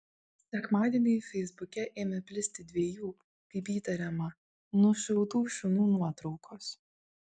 sekmadienį feisbuke ėmė plisti dviejų kaip įtariama nušautų šunų nuotraukos